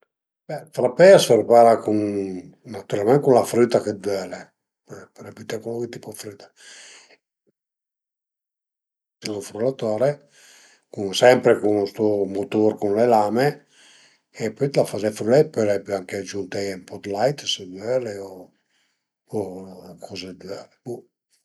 Ël frappé a s'prepara cun, natüralment cun la früta che völe, pöle büté cualuncue tipo dë früta frullatore sempre cun stu mutur cun le lame e pöi t'la faze frülé, pöle pöi anche giuntieie ël lait se völe o coze diverse bo